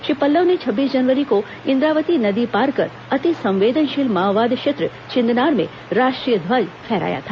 श्री पल्लव ने छब्बीस जनवरी को इन्द्रावती नदी पार कर अतिसंवेदनशील माओवाद क्षेत्र छिन्दनार में राष्ट्रीय ध्वज फहराया था